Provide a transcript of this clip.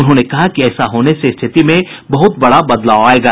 उन्होंने कहा कि ऐसा होने से स्थिति में बहुत बड़ा बदलाव आएगा